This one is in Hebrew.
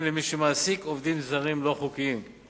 למי שמעסיק עובדים זרים לא-חוקיים.